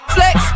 Flex